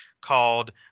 called